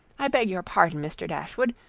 i beg your pardon, mr. dashwood,